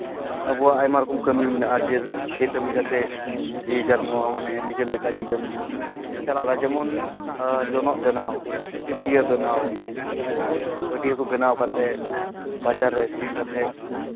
ᱟᱵᱚᱣᱟᱜ ᱟᱭᱢᱟ ᱨᱚᱠᱚᱢ ᱠᱟᱹᱢᱤ ᱢᱮᱱᱟᱜᱼᱟ ᱡᱮ ᱠᱟᱹᱢᱤ ᱠᱟᱛᱮᱫ ᱡᱮ ᱡᱟᱨ ᱱᱚᱣᱟ ᱢᱟᱱᱮ ᱱᱤᱡᱮᱨ ᱞᱮᱠᱟ ᱡᱤᱵᱚᱱ ᱵᱚᱱ ᱪᱟᱞᱟᱣᱫᱟ ᱡᱮᱢᱚᱱ ᱡᱚᱱᱚᱜ ᱵᱮᱱᱟᱣ ᱯᱟᱹᱴᱭᱟᱹ ᱵᱮᱱᱟᱣ ᱦᱮᱸ ᱯᱟᱹᱴᱭᱟᱹ ᱠᱚ ᱵᱮᱱᱟᱣ ᱠᱟᱛᱮᱫ ᱵᱟᱡᱟᱨ ᱨᱮ ᱟᱹᱠᱷᱨᱤᱧ ᱠᱟᱛᱮᱫ